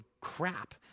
crap